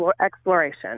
exploration